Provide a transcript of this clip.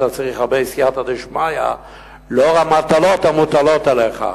אתה צריך הרבה סייעתא דשמיא לאור המטלות המוטלות עליך.